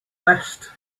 best